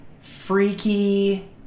Freaky